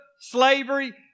slavery